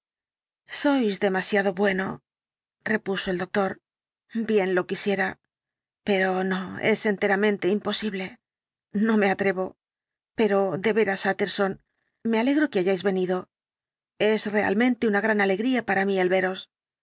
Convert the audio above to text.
sois demasiado bueno repuso el doctor bien lo quisiera pero no es enteramente imposible no me atrevo pero de veras utterson me alegro que hayáis venido es realmente una gran alegría para mí el veros